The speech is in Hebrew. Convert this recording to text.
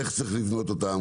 איך צריך לבנות אותן,